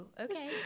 okay